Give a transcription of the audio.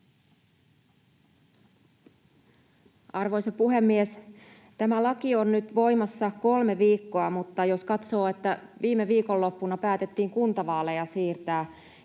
Arvoisa puhemies! Tämä laki on nyt voimassa kolme viikkoa, mutta jos katsoo, että viime viikonloppuna päätettiin siirtää